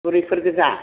बुरैफोर गोजा